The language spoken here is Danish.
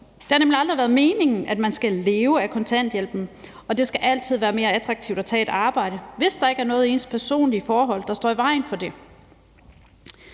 Det har nemlig aldrig været meningen, at man skal leve af kontanthjælpen, og det skal altid være mere attraktivt at tage et arbejde, hvis der ikke er noget i ens personlige forhold, der står i vejen for det.